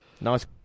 Nice